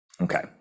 Okay